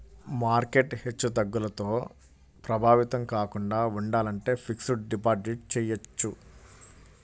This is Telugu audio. మార్కెట్ హెచ్చుతగ్గులతో ప్రభావితం కాకుండా ఉండాలంటే ఫిక్స్డ్ డిపాజిట్ చెయ్యొచ్చు